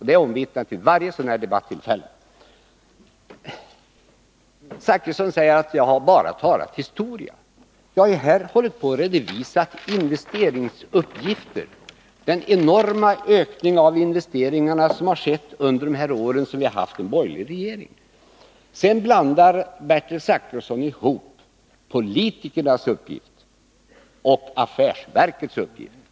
Det är omvittnat vid varje sådant här debattillfälle. Bertil Zachrisson säger att jag bara har talat historia. Men jag har ju här redovisat investeringsuppgifter — den enorma ökning av investeringar som skett under de år vi har haft en borgerlig regering. Sedan blandar Bertil Zachrisson ihop politikernas uppgift och affärsverkets uppgift.